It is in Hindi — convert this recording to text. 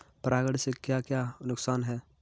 परागण से क्या क्या नुकसान हैं?